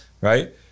right